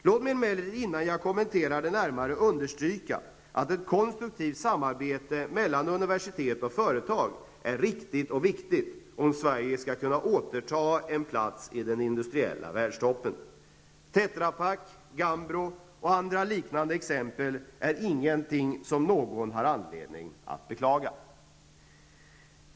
Låt mig emellertid innan jag kommenterar det närmaste understryka att ett konstruktivt samarbete mellan universitet och företag är riktigt och viktigt om Sverige skall kunna återta en plats i den industriella världstoppen. Tetra Pak, Gambro och andra liknande exempel är ingenting som någon har anledning att beklaga.